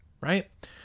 right